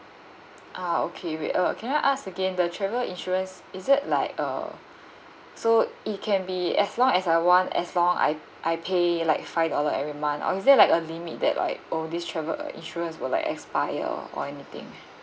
ah okay wait uh can I ask again the travel insurance is it like uh so it can be as long as I want as long I I pay like five dollar every month or is there like a limit that like or this travel insurance will like expire or anything